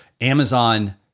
Amazon